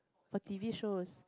for T_V shows